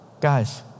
guys